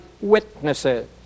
witnesses